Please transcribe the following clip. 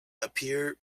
appear